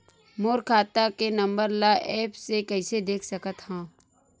मोर खाता के नंबर ल एप्प से कइसे देख सकत हव?